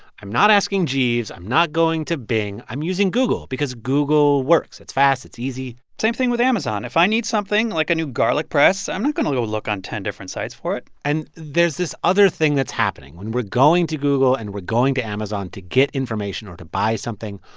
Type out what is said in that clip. i'm not asking jeeves. i'm not going to bing. i'm using google because google works. it's fast. it's easy same thing with amazon if i need something, like a new garlic press, i'm not going to go look on ten different sites for it and there's this other thing that's happening. when we're going to google, and we're going to amazon to get information or to buy something,